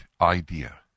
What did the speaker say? idea